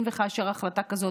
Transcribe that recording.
אם וכאשר החלטה כזו,